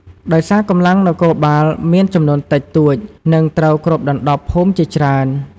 ដោយសារ កម្លាំងនគរបាលមានចំនួនតិចតួច និងត្រូវគ្របដណ្ដប់ភូមិឃុំជាច្រើន។